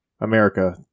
America